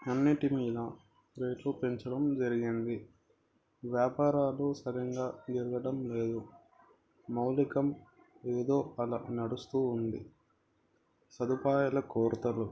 అన్నింటి మీద రేట్లు పెంచడం జరిగింది వ్యాపారాలు సరిగా జరగడం లేదు మౌలికం ఏదో అలా నడుస్తు ఉంది సదుపాయల కొరతలు